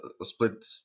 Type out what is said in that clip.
split